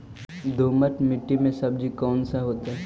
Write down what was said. दोमट मट्टी में सब्जी कैसन होतै?